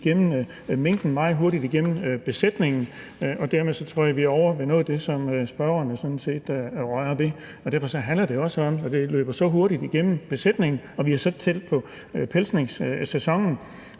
igennem minkene, meget hurtigt igennem besætningen, og dermed tror jeg vi er ovre ved noget af det, som spørgeren sådan set rører ved. Derfor handler det også om, at vi, når det løber så hurtigt igennem besætningen og vi er så tæt på pelsningssæsonen,